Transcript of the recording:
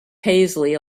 paisley